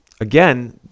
Again